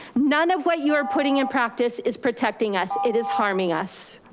none of what you are putting in practice is protecting us. it is harming us.